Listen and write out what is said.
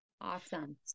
Awesome